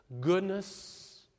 goodness